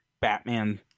Batman